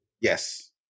Yes